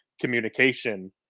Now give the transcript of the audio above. communication